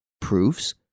Proofs